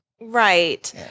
Right